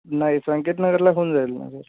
नाही संकेतनगरला कोण जाईल ना सर